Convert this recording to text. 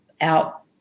out